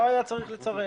לא היה צריך לצרף.